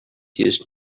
used